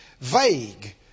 vague